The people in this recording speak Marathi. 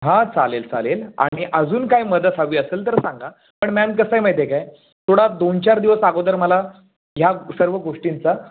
हां चालेल चालेल आणि अजून काही मदत हवी असेल तर सांगा पण मॅम कसं आहे माहिती आहे काय थोडा दोन चार दिवस अगोदर मला ह्या सर्व गोष्टींचा